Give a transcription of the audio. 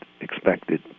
expected